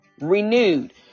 renewed